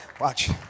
Watch